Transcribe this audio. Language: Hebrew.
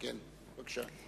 בבקשה.